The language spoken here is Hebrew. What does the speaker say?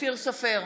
אופיר סופר,